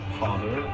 father